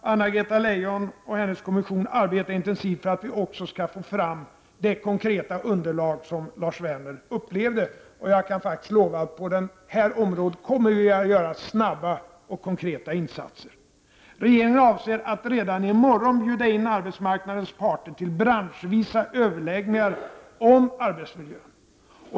Anna Greta Leijon och hennes kommission arbetar intensivt för att vi också skall få fram det konkreta underlag som Lars Werner talade om. Jag kan faktiskt lova att vi på det här området kommer att göra snabba konkreta insatser. Regeringen avser att redan i morgon bjuda in arbetsmarknadens parter till branschvisa överläggningar om arbetsmiljön.